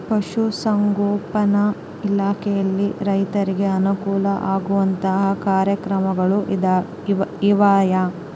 ಪಶುಸಂಗೋಪನಾ ಇಲಾಖೆಯಲ್ಲಿ ರೈತರಿಗೆ ಅನುಕೂಲ ಆಗುವಂತಹ ಕಾರ್ಯಕ್ರಮಗಳು ಇವೆಯಾ?